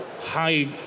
high